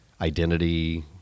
identity